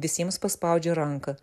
visiems paspaudžia ranką